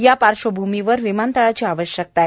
या पार्श्वभूमीवर विमानतळाची आवश्यकता आहे